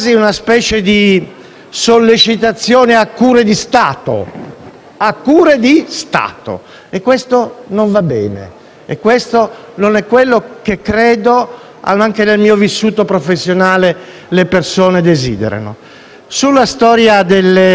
a cure di Stato! - e ciò non va bene e non è quello che credo, anche sulla base del mio vissuto professionale, le persone desiderino. Sulla storia della nutrizione e dell'idratazione artificiali,